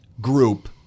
group